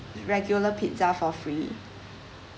regular pizza for free